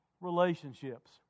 relationships